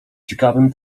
ciekawym